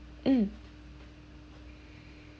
mm